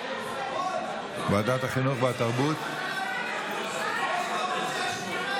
התרבות והספורט נתקבלה.